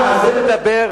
על זה מדברת